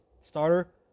starter